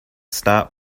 stop